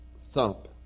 thump